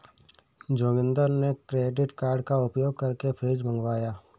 जोगिंदर ने credit card का उपयोग करके फ्रिज मंगवाया